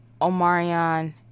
Omarion